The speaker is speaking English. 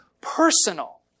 personal